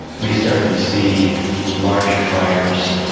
we started to see larger fires.